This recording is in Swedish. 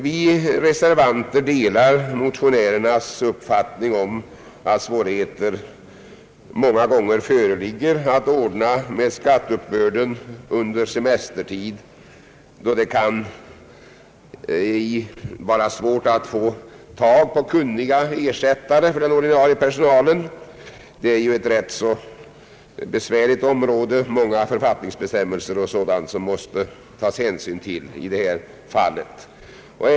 Vi reservanter delar motionärernas uppfattning om att svårigheter många gånger föreligger att ordna med skatteuppbörden under semestertid, då det kan vara svårt att få tag på kunniga ersättare för den ordinarie personalen. Detta är ju också ett rätt besvärligt område. Det finns många författningsbestämmelser och annat att ta hänsyn till i detta sammanhang.